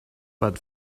but